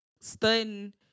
studying